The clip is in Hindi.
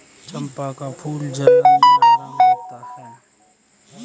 चंपा का फूल जलन में आराम देता है